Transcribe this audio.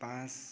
पाँच